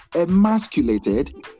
emasculated